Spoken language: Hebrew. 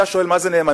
אתה שואל מה זו נאמנות,